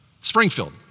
Springfield